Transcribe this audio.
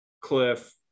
cliff